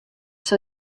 sil